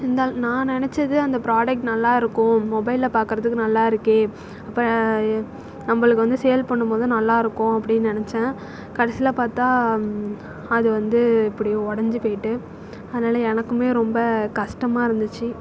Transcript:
இந்தா நான் நினச்சது அந்த ப்ராடக்ட் நல்லாயிருக்கும் மொபைலில் பார்க்குறதுக்கு நல்லாயிருக்கே இப்போ நம்மளுக்கு வந்து சேல் பண்ணும்போது நல்லாருக்கும் அப்படின்னு நினச்சேன் கடைசியில் பார்த்தா அதுவந்து இப்படி உடஞ்சி போய்ட்டு அதனால் எனக்குமே ரொம்ப கஷ்டமா இருந்துச்சு